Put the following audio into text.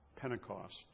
Pentecost